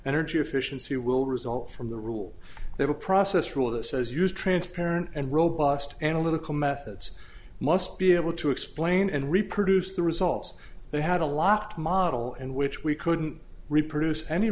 energy efficiency will result from the rule of a process rule that says use transparent and robust analytical methods must be able to explain and reproduce the results they had a lot to model in which we couldn't reproduce any